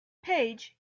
page